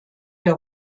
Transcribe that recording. der